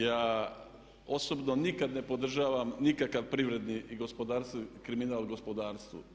Ja osobno nikad ne podržavam nikakav privredni kriminal gospodarstvu.